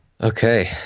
okay